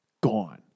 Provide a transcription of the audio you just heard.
gone